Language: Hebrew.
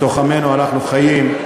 בתוך עמנו אנחנו חיים,